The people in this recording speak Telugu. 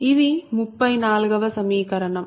ఇది 34 వ సమీకరణం